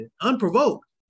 Unprovoked